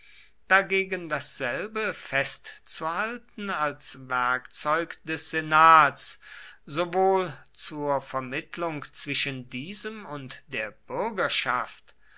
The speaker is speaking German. dagegen dasselbe festzuhalten als werkzeug des senats sowohl zur vermittlung zwischen diesem und der bürgerschaft